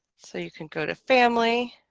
so you can go to family